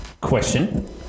question